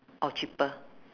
oh cheaper